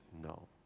no